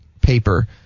paper